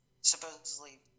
supposedly